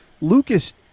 Lucas